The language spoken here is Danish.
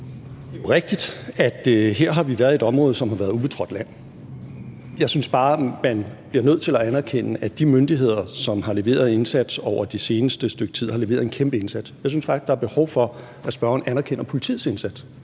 Det er jo rigtigt, at vi her har været i et område, som har været ubetrådt land. Jeg synes bare, at man bliver nødt til at anerkende, at de myndigheder, som har leveret en indsats over det seneste stykke tid, har leveret en kæmpe indsats. Jeg synes faktisk, der er behov for, at spørgeren anerkender politiets indsats,